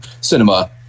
cinema